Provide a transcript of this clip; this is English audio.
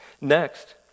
Next